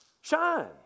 Shine